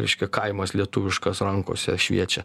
reiškia kaimas lietuviškas rankose šviečia